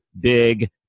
big